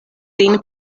sin